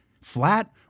flat